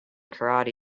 karate